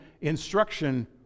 instruction